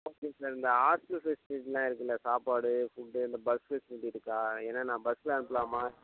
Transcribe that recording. okay sir இந்த hostel ஃபெசிலிட்டிலாம் இருக்குல்ல சாப்பாடு ஃபுட்டு இந்த பஸ் ஃபெசிலிட்டி இருக்கா ஏன்னால் நான் பஸ்ஸில் அனுப்புலாமா